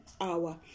hour